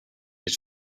had